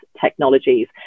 Technologies